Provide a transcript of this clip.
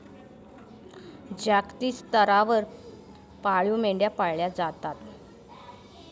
जागतिक स्तरावर पाळीव मेंढ्या पाळल्या जातात